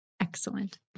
Excellent